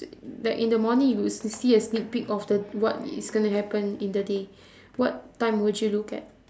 uh like in the morning you would s~ see a sneak peek of the what is gonna happen in the day what time would you look at